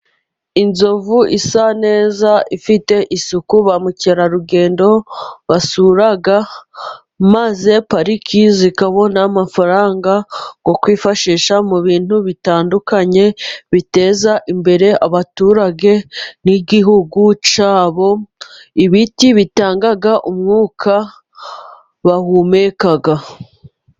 Inzovu isa neza, ifite isuku, ba mukerarugendo basura, maze pariki zikabona amafaranga yo kwifashisha mu bintu bitandukanye biteza imbere abaturage n'igihugu cyabo, ibiti bitanga umwuka bahumeka.